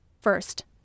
First